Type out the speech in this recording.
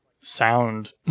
sound